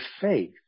faith